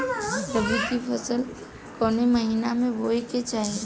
रबी की फसल कौने महिना में बोवे के चाही?